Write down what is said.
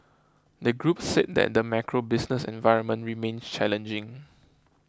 the group said that the macro business environment remains challenging